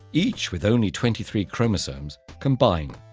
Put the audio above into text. each with only twenty three chromosomes, combine.